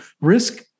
risk